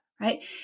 right